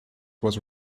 was